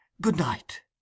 good-night